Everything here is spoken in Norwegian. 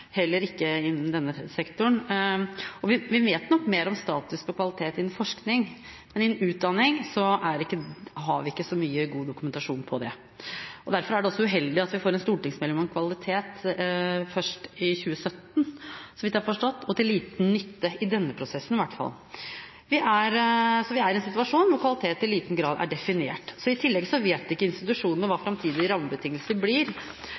heller ikke innen denne sektoren. Vi vet nok mer om status på kvalitet innen forskning, men innen utdanning har vi ikke så mye god dokumentasjon. Derfor er det også uheldig at vi får en stortingsmelding om kvalitet først i 2017, så vidt jeg har forstått – og til liten nytte i denne prosessen i hvert fall. Så vi er i en situasjon hvor kvalitet i liten grad er definert. I tillegg vet ikke institusjonene hva framtidige rammebetingelser blir,